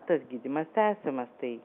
tas gydymas tęsiamas tai